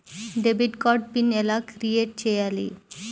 Debit card PIN ఎలా create చెయ్యాలి?